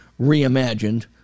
reimagined